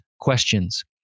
questions